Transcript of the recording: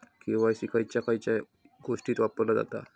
KYC खयच्या खयच्या गोष्टीत वापरला जाता?